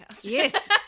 Yes